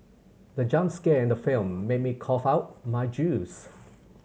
the jump scare in the film made me cough out my juice